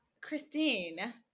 Christine